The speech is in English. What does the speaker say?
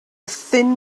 thin